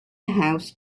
house